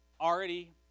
already